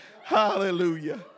Hallelujah